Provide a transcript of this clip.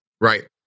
Right